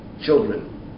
Children